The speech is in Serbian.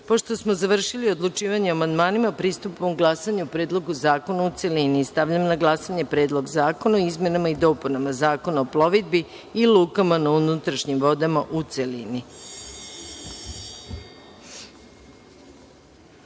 smo završili odlučivanje o amandmanima, pristupamo glasanju o Predlogu zakona u celini. Stavljam na glasanje Predlog zakona o izmenama i dopunama Zakona o plovidbi i lukama na unutrašnjim vodama, u